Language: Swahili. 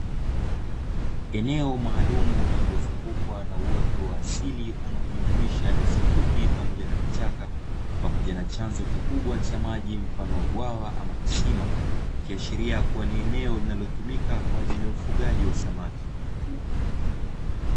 Eneo maalum lililozungukwa na uoto wa asili, unaojumuisha nyasi fupi pamoja na vichaka, pamoja na chanzo kikubwa cha maji, mfano wa bwawa ama kisima ni kiashiria kuwa ni eneo linalotumika kwa ajili ya ufugaji wa samaki.